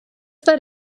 that